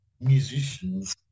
musicians